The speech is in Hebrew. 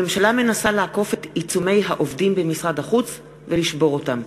הממשלה מנסה לעקוף את עיצומי העובדים במשרד החוץ ולשבור אותם,